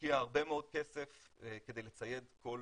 השקיעה הרבה מאוד כסף כדי לצייד כל